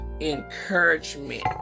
encouragement